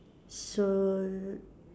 sold